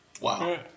Wow